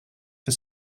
for